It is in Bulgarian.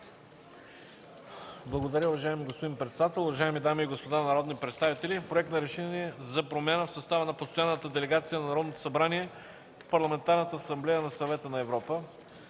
Благодаря, уважаеми господин председател. Уважаеми дами и господа народни представители! „Проект РЕШЕНИЕ за промяна в състава на Постоянната делегация на Народното събрание в Парламентарната асамблея на Съвета на Европа